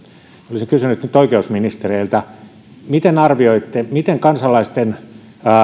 olisin kysynyt nyt oikeusministeriltä miten arvioitte miten kansalaisten